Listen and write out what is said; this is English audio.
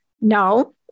No